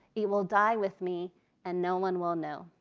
it will die with me and no one will know,